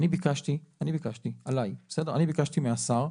אני ביקשתי, עליי, אני ביקשתי משר.